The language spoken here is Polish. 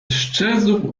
sczezł